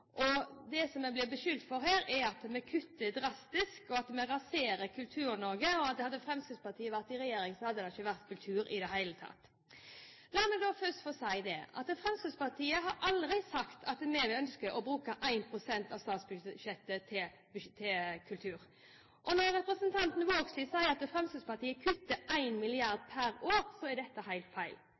på. Ja vel, jeg kan si at det er en spesiell måte regjeringspartiene leser Fremskrittspartiets kulturbudsjett på også. Vi blir her beskyldt for at vi kutter drastisk, og at vi raserer Kultur-Norge – hadde Fremskrittspartiet vært i regjering, hadde det ikke vært noen kultur i det hele tatt. La meg da først få si at vi i Fremskrittspartiet aldri har sagt at vi ønsker å bruke 1 pst. av statsbudsjettet til kultur. Når representanten Vågslid sier at Fremskrittspartiet kutter 1 mrd. kr per år, er det helt feil.